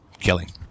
killing